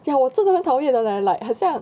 久了我真的很讨厌的 leh 好像